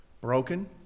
broken